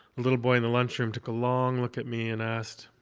a little boy in the lunchroom took a long look at me and asked,